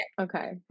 okay